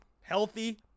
healthy